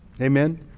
Amen